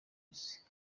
isi